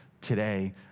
today